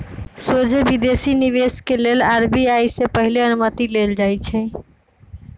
सोझे विदेशी निवेश के लेल आर.बी.आई से पहिले अनुमति लेल जाइ छइ